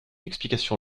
explication